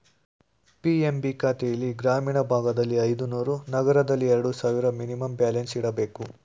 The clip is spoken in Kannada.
ಪಿ.ಎಂ.ಬಿ ಖಾತೆಲ್ಲಿ ಗ್ರಾಮೀಣ ಭಾಗದಲ್ಲಿ ಐದುನೂರು, ನಗರದಲ್ಲಿ ಎರಡು ಸಾವಿರ ಮಿನಿಮಮ್ ಬ್ಯಾಲೆನ್ಸ್ ಇಡಬೇಕು